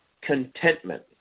Contentment